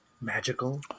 magical